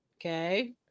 Okay